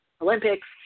Olympics